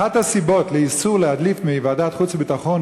אחת הסיבות לאיסור להדליף מוועדת החוץ והביטחון היא